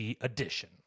edition